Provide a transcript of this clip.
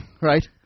right